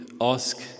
ask